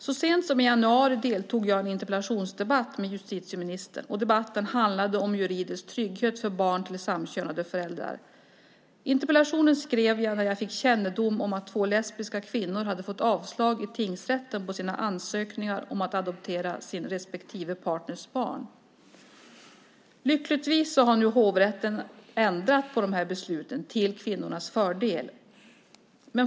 Så sent som i januari deltog jag i en interpellationsdebatt med justitieministern. Debatten handlade om juridisk trygghet för barn till samkönade föräldrar. Interpellationen skrev jag när jag fick kännedom om att två lesbiska kvinnor hade fått avslag i tingsrätten på sina ansökningar om att få adoptera sin partners barn. Lyckligtvis har hovrätten ändrat besluten till kvinnornas fördel.